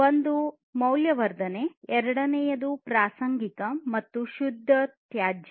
ಒಂದು ಮೌಲ್ಯವರ್ಧನೆ ಎರಡನೆಯದು ಪ್ರಾಸಂಗಿಕ ಮತ್ತು ಮೂರನೆಯದು ಶುದ್ಧ ತ್ಯಾಜ್ಯ